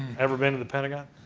ever been to the pentagon?